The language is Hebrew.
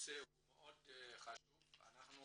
הנושא מאוד חשוב ואנחנו